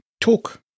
talk